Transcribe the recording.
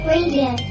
Radio